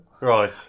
Right